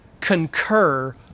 concur